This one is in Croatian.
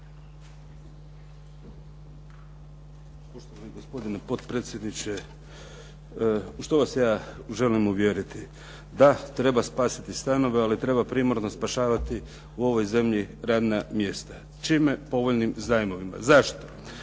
Poštovani gospodine potpredsjedniče. U što vas ja želim uvjeriti? Da treba spasiti stanove ali treba primarno spašavati u ovoj zemlji radna mjesta. Čime? Povoljnim zajmovima. Zašto?